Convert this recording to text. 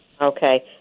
Okay